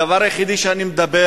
הדבר היחידי שאני מדבר